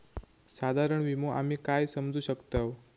साधारण विमो आम्ही काय समजू शकतव?